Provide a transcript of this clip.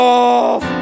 off